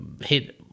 hit